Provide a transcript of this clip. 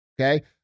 okay